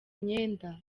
myenda